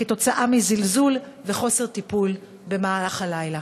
בגלל זלזול וחוסר טיפול במהלך הלילה.